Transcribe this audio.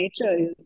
nature